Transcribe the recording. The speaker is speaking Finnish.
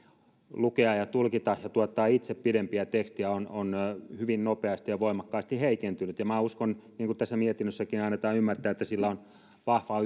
lukea ja tulkita ja tuottaa itse pidempiä tekstejä on on hyvin nopeasti ja voimakkaasti heikentynyt minä uskon niin kuin tässä mietinnössäkin annetaan ymmärtää että sillä on vahva